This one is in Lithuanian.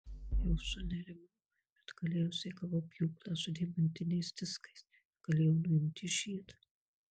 jau sunerimau bet galiausiai gavau pjūklą su deimantiniais diskais ir galėjau nuimti žiedą